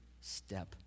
step